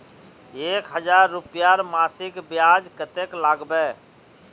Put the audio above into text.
एक हजार रूपयार मासिक ब्याज कतेक लागबे?